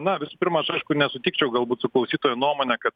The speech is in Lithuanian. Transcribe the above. na visų pirma aš nesutikčiau galbūt su klausytojo nuomone kad